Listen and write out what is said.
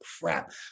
crap